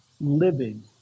living